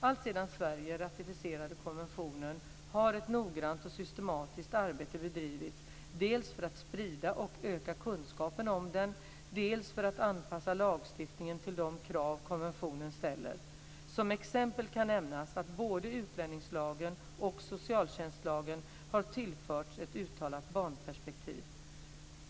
Alltsedan Sverige ratificerade konventionen har ett noggrant och systematiskt arbete bedrivits dels för att sprida och öka kunskapen om den, dels för att anpassa lagstiftningen till de krav konventionen ställer. Som exempel kan nämnas att både utlänningslagen och socialtjänstlagen har tillförts ett uttalat barnperspektiv.